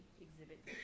Exhibit